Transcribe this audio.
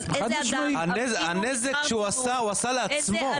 אז איזה אדם --- הנזק שהוא עשה הוא עשה לעצמו.